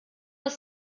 ist